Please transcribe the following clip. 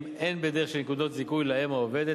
הן בדרך של נקודות זיכוי לאם העובדת,